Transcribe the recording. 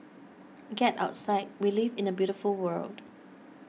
get outside we live in a beautiful world